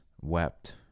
wept